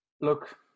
look